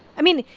i mean,